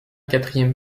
quatrième